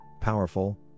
powerful